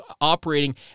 operating